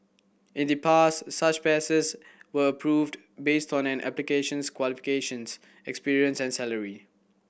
in the past such passes were approved based on an applications qualifications experience and salary